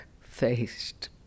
faced